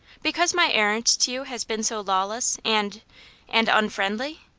because my errand to you has been so lawless and and unfriendly?